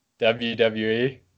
WWE